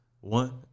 One